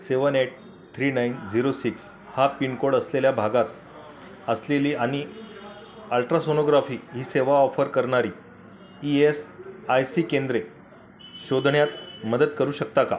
सेवन eight three nine zero six हा pin code असलेल्या भागात असलेली आणि अल्ट्रॉसोनोग्राफी ही सेवा ऑफर करणारी ई एस आय सी केंद्रे शोधण्यात मदत करू शकता का